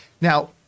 Now